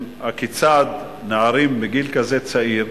הכיצד נערים בגיל כזה צעיר,